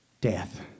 death